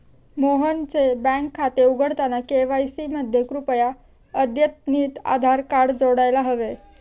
मोहनचे बँक खाते उघडताना के.वाय.सी मध्ये कृपया अद्यतनितआधार कार्ड जोडायला हवे